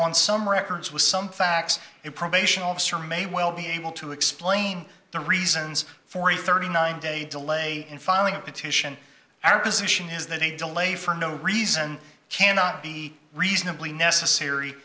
on some records with some facts it probation officer may well be able to explain the reasons for a thirty nine day delay in filing a petition our position is that a delay for no reason cannot be reasonably necessary